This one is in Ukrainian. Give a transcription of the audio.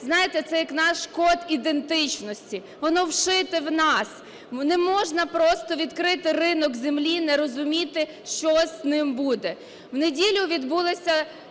знаєте, це як наш код ідентичності, воно вшите в нас. Не можна просто відкрити ринок землі, не розуміти, що з ним буде. В неділю відбулися